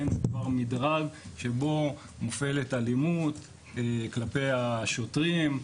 מדרג שבו נופלת אלימות כלפי השוטרים,